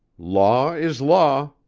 law is law,